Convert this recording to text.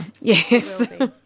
Yes